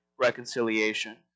reconciliation